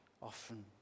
often